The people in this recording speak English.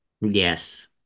Yes